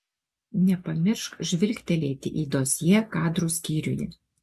nepamiršk žvilgtelėti į dosjė kadrų skyriuje